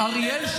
נתניהו,